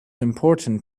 important